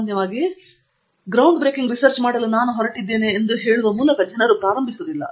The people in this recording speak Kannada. ಸಾಮಾನ್ಯವಾಗಿ ಪಥವನ್ನು ಮುರಿಯುವ ಸಂಶೋಧನೆಗೆ ನಾನು ಹೋಗುತ್ತಿದ್ದೇನೆ ಎಂದು ಹೇಳುವ ಮೂಲಕ ಜನರು ಪ್ರಾರಂಭಿಸುವುದಿಲ್ಲ